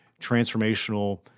transformational